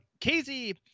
KZ